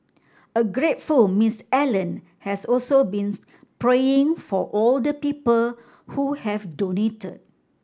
a grateful Miss Allen has also been praying for all the people who have donated